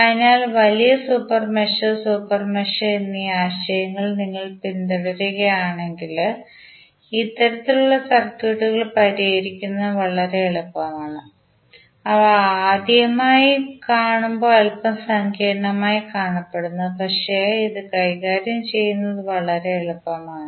അതിനാൽ വലിയ super mesh super mesh എന്നി ആശയങ്ങൾ നിങ്ങൾ പിന്തുടരുകയാണെങ്കിൽ ഇത്തരത്തിലുള്ള സർക്യൂട്ടുകൾ പരിഹരിക്കുന്നത് വളരെ എളുപ്പമാണ് അവ ആദ്യമായി കാണുമ്പോൾ അൽപ്പം സങ്കീർണ്ണമായി കാണപ്പെടുന്നു പക്ഷേ ഇത് കൈകാര്യം ചെയ്യുന്നത് വളരെ എളുപ്പമാണ്